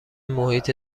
محیط